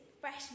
fresh